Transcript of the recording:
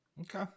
okay